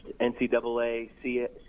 NCAA